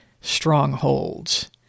strongholds